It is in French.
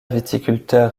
viticulteur